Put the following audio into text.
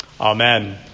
amen